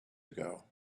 ago